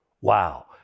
Wow